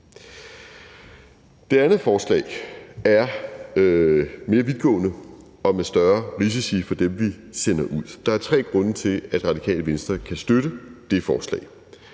Det andet forslag er mere vidtgående og med større risici for dem, vi sender ud. Der er tre grunde til, at Radikale Venstre kan støtte det forslag.